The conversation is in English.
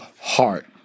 heart